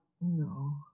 No